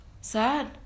Sad